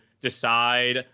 decide